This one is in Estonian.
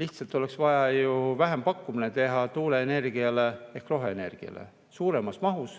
Lihtsalt oleks vaja vähempakkumine teha tuuleenergiale ehk roheenergiale suuremas mahus